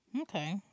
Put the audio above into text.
okay